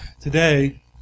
today